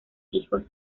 hijos